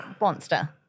monster